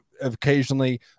occasionally